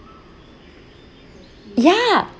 yeah